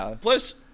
plus